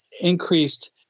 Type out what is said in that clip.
increased